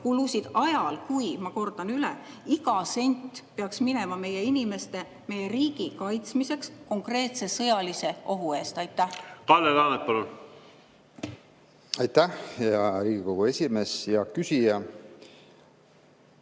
kulusid ajal, kui, ma kordan üle, iga sent peaks minema meie inimeste ja meie riigi kaitsmiseks konkreetse sõjalise ohu eest? Aitäh,